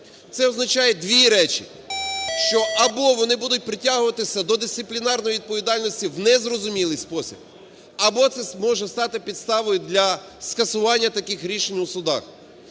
Це означає дві речі, що або вони будуть притягуватися до дисциплінарної відповідальності в незрозумілий спосіб, або це зможе стати підставою для скасування таких рішень у судах.